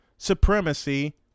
supremacy